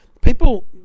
People